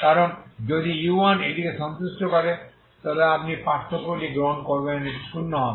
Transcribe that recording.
কারণ যদি u1 এটিকে সন্তুষ্ট করে তবে আপনি পার্থক্যটি গ্রহণ করবেন এটি শূন্য হবে